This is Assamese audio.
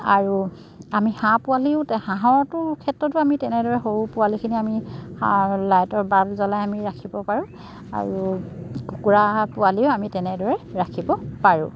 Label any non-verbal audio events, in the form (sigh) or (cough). আৰু আমি হাঁহ পোৱালিও হাঁহৰটোৰ ক্ষেত্ৰতো আমি তেনেদৰে সৰু পোৱালিখিনি আমি (unintelligible) লাইটৰ বাল্ব জ্বলাই আমি ৰাখিব পাৰোঁ আৰু কুকুৰা পোৱালিও আমি তেনেদৰে ৰাখিব পাৰোঁ